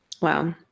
wow